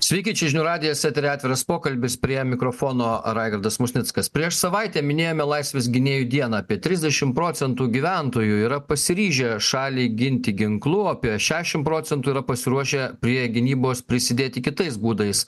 sveiki čia žinių radijas eteryje atviras pokalbis prie mikrofono raigardas musnickas prieš savaitę minėjome laisvės gynėjų dieną apie trisdešimt procentų gyventojų yra pasiryžę šalį ginti ginklu apie šešiasdešimt procentų yra pasiruošę prie gynybos prisidėti kitais būdais